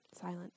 silence